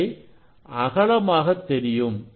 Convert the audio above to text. அவை அகலமாக தெரியும்